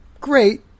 great